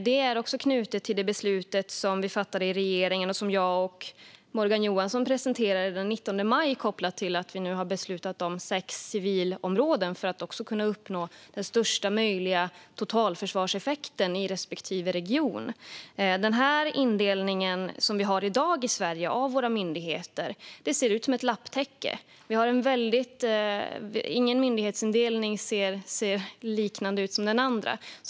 Det är också knutet till det beslut som vi fattade i regeringen och som jag och Morgan Johansson presenterade den 19 maj kopplat till att vi nu har beslutat om sex civilområden för att kunna uppnå den största möjliga totalförsvarseffekten i respektive region. Den indelning av våra myndigheter som vi har i dag i Sverige ser ut som ett lapptäcke. Ingen myndighetsindelning liknar den andra.